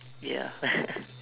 ya